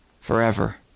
forever